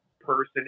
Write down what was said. person